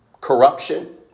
corruption